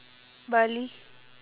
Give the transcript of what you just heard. bali